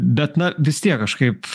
bet na vis tiek kažkaip